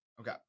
Okay